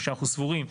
או שאנחנו סבורים,